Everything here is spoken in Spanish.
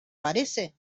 parece